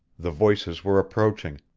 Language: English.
the voices were approaching.